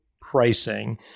pricing